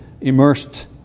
immersed